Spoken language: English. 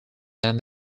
than